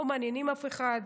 לא מעניינים אף אחד.